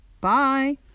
Bye